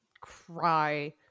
cry